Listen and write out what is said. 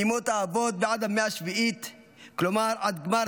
מימות האבות ועד המאה השביעית,